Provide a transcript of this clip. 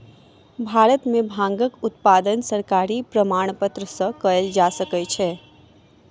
भारत में भांगक उत्पादन सरकारी प्रमाणपत्र सॅ कयल जा सकै छै